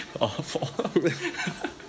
Awful